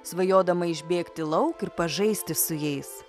svajodama išbėgti lauk ir pažaisti su jais